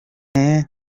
imana